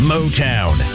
Motown